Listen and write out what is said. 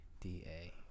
D-A